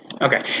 Okay